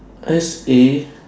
S A